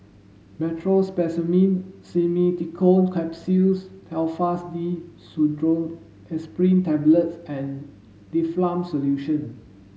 Meteospasmyl Simeticone Capsules Telfast D Pseudoephrine Tablets and Difflam Solution